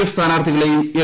F സ്ഥാനാർത്ഥികളെയും L